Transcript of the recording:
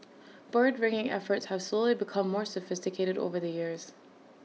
bird ringing efforts have slowly become more sophisticated over the years